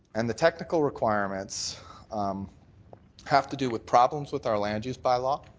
and the technical requirements have to do with problems with our land use bylaw.